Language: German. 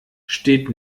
steht